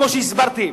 כמו שהסברתי,